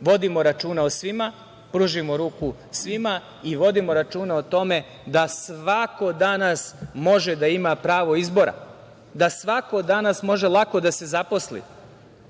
vodimo računa o svima, pružimo ruku svima i vodimo računa o tome da svako danas može da ima pravo izbora, da svako danas može lako da se zaposli,